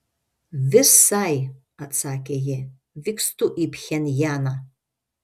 visai atsakė ji vykstu į pchenjaną